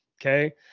Okay